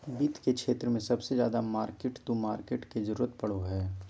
वित्त के क्षेत्र मे सबसे ज्यादा मार्किट टू मार्केट के जरूरत पड़ो हय